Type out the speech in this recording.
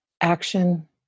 action